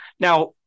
Now